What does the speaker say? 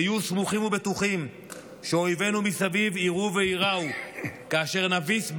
היו סמוכים ובטוחים שאויבינו מסביב יראו וייראו כאשר נביס,